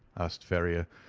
asked ferrier,